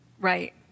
Right